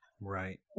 right